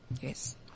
Yes